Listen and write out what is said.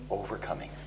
overcoming